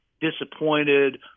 disappointed